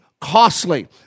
costly